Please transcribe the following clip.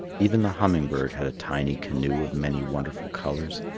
even the humming-bird had a tiny canoe of many wonderful colours,